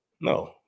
No